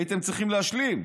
הייתם צריכים להשלים.